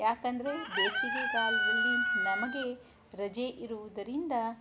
ಯಾಕಂದರೆ ಬೇಸಿಗೆಗಾಲದಲ್ಲಿ ನಮಗೆ ರಜೆ ಇರುವುದರಿಂದ